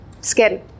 skin